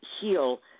heal